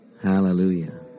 Hallelujah